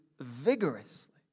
vigorously